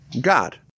God